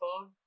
phone